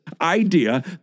idea